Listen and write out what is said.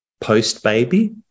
post-baby